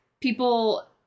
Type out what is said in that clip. people